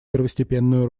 первостепенную